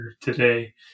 today